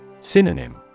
Synonym